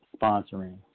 sponsoring